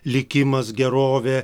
likimas gerovė